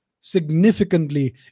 significantly